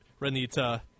Renita